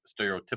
stereotypical